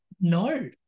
No